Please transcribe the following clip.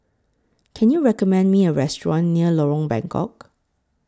Can YOU recommend Me A Restaurant near Lorong Bengkok